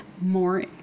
more